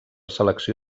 selecció